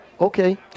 okay